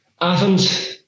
Athens